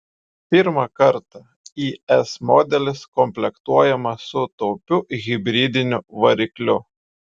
pirmą kartą is modelis komplektuojamas su taupiu hibridiniu varikliu